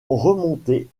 remonter